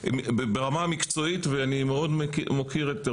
להעלות את המודעות של האזרח לזה שהוא יוכל לבקש.